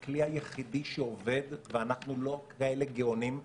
הכלי היחיד שעובד ואנחנו לא כאלה גאונים,